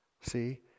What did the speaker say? See